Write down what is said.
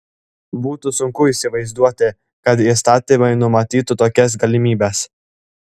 būtų sunku įsivaizduoti kad įstatymai numatytų tokias galimybes